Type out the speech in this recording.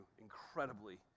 incredibly